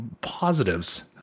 positives